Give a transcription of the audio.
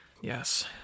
Yes